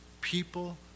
people